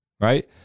right